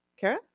kara